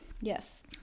Yes